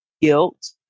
guilt